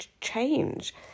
change